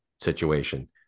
situation